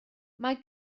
mae